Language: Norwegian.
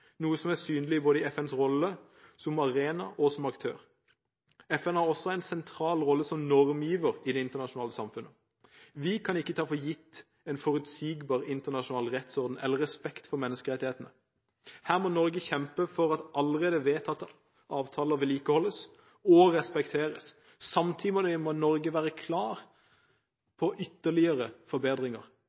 noe som er synlig i FNs rolle som både arena og aktør. FN har også en sentral rolle som normgiver i det internasjonale samfunnet. Vi kan ikke ta for gitt en forutsigbar internasjonal rettsorden eller respekt for menneskerettighetene. Her må Norge kjempe for at allerede vedtatte avtaler vedlikeholdes og respekteres. Samtidig må Norge være klar på ytterligere forbedringer.